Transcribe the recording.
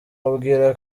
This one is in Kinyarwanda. amubwira